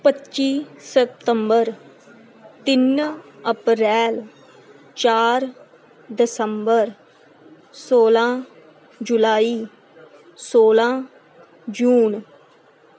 ਪੱਚੀ ਸਪਤੰਬਰ ਤਿੰਨ ਅਪ੍ਰੈਲ ਚਾਰ ਦਸੰਬਰ ਸੌਲ੍ਹਾਂ ਜੁਲਾਈ ਸੌਲ੍ਹਾਂ ਜੂਨ